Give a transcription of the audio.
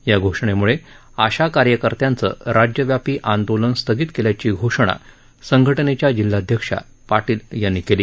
या घोषणेमुळं आशा कार्यकर्त्यांचं राज्यव्यापी आंदोलन स्थगित केल्याची घोषणा संघटनेच्या जिल्हाध्यक्षा पाटील यांनी केली